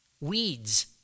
Weeds